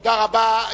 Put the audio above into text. תודה רבה.